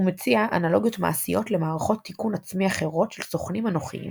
הוא מציע אנלוגיות מעשיות למערכות תיקון-עצמי אחרות של סוכנים אנוכיים